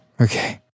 Okay